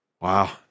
wow